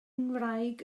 ngwraig